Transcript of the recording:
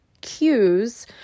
cues